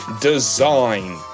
design